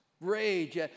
Rage